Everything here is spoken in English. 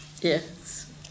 Yes